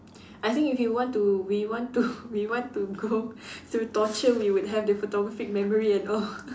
I think if you want to we want to we want to go to torture we would have the photographic memory and all